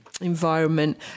environment